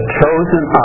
chosen